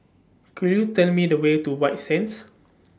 Could YOU Tell Me The Way to White Sands